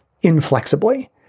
inflexibly